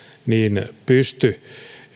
pysty